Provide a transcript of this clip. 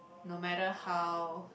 no matter how